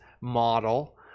model